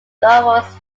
novels